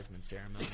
ceremony